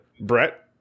Brett